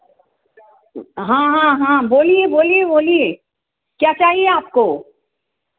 हाँ हाँ हाँ बोलिए बोलिए बोलिए क्या चाहिए आपको